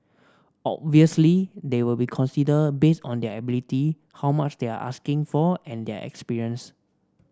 obviously they'll be considered based on their ability how much they are asking for and their experience